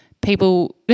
people